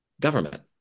government